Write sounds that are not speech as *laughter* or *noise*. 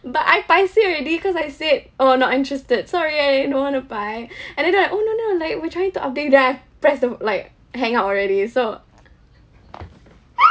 but I paiseh already cause I said oh not interested sorry I don't want to buy *breath* and then they're like oh no no like we're trying to update then I press the like hang up already so *laughs*